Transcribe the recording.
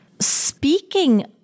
Speaking